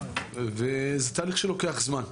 זה תהליך שלוקח זמן.